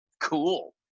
Cool